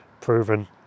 proven